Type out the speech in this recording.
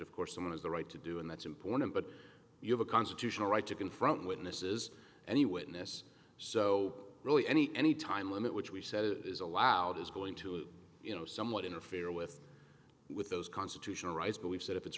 of course someone has the right to do and that's important but you have a constitutional right to confront witnesses any witness so really any any time limit which we said it is allowed is going to you know somewhat interfere with with those constitutional rights but we've said if it's